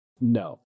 No